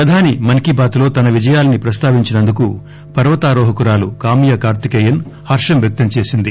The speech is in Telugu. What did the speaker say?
ప్రధానమంత్రి మస్ కీ బాత్ లో తన విజయాన్ని ప్రస్తావించడం పట్ల పర్వతారోహకురాలు కామ్యా కార్తికేయస్ హర్షం వ్యక్తం చేసింది